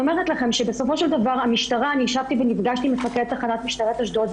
בסופו של דבר המשטרה וישבתי עם מפקד תחנת משטרת אשדוד,